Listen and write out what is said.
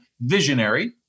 visionary